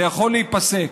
זה יכול להיפסק,